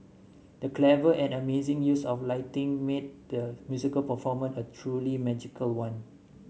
the clever and amazing use of lighting made the musical performance a truly magical one